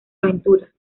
aventura